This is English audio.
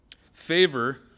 Favor